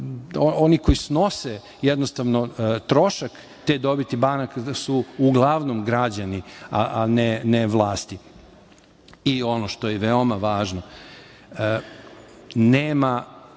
Oni koji snose jednostavno trošak te dobiti banaka su uglavnom građani, a ne vlasti.I ono što je veoma važno, nema